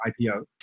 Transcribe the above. IPO